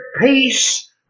peace